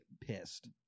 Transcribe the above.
pissed